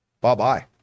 bye-bye